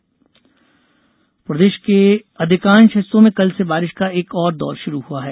मौसम प्रदेश के अधिकांश हिस्सों में कल से बारिश का एक और दौर शुरू हुआ है